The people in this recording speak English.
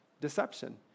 Deception